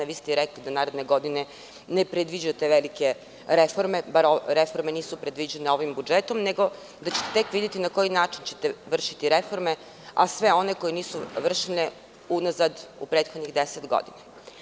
Rekli ste da naredne godine ne predviđate velike reforme, bar reforme nisu predviđene ovim budžetom, nego da ćete tek videti na koji način ćete vršiti reforme, a sve one koje nisu vršene unazad u prethodnih 10 godina.